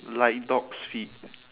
like dog's feet